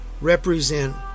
represent